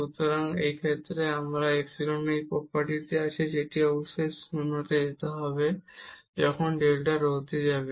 সুতরাং এই ক্ষেত্রে আমাদের এপিসিলনের এই বৈশিষ্ট্য আছে যেটি অবশ্যই 0 তে যেতে হবে যখন ডেল্টা রো 0 তে যাবে